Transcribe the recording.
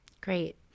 Great